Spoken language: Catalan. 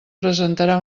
presentarà